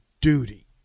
duty